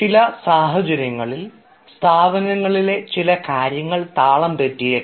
ചില സാഹചര്യങ്ങളിൽ സ്ഥാപനങ്ങളിലെ ചില കാര്യങ്ങൾ താളം തെറ്റിയെക്കാം